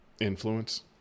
Influence